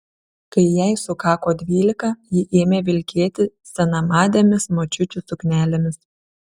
kai jai sukako dvylika ji ėmė vilkėti senamadėmis močiučių suknelėmis